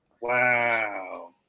Wow